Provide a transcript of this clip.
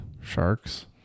sharks